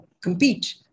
compete